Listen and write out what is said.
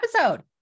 episode